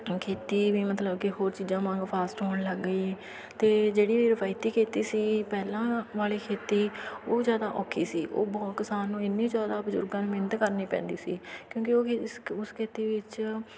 ਖੇਤੀ ਵੀ ਮਤਲਬ ਕਿ ਹੋਰ ਚੀਜ਼ਾਂ ਵਾਂਗ ਫਾਸਟ ਹੋਣ ਲੱਗ ਗਈ ਅਤੇ ਜਿਹੜੀ ਰਵਾਇਤੀ ਖੇਤੀ ਸੀ ਪਹਿਲਾਂ ਵਾਲੀ ਖੇਤੀ ਉਹ ਜ਼ਿਆਦਾ ਔਖੀ ਸੀ ਉਹ ਬਹੁਤ ਕਿਸਾਨ ਨੂੰ ਐਨੀ ਜ਼ਿਆਦਾ ਬਜ਼ੁਰਗਾਂ ਨੂੰ ਮਿਹਨਤ ਕਰਨੀ ਪੈਂਦੀ ਸੀ ਕਿਉਂਕਿ ਖੇ ਇਸ ਉਸ ਖੇਤੀ ਵਿੱਚ